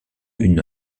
une